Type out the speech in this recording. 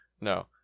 No